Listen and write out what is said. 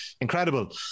Incredible